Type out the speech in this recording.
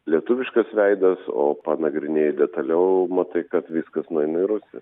lietuviškas veidas o panagrinėji detaliau matai kad viskas nueina į rusiją